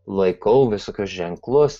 laikau visokius ženklus